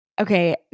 okay